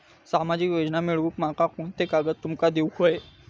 सामाजिक योजना मिलवूक माका कोनते कागद तुमका देऊक व्हये?